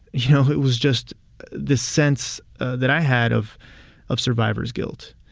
you know, it was just this sense that i had of of survivor's guilt.